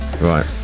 Right